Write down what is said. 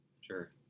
Sure